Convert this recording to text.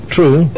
True